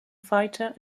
fighter